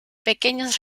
pequeños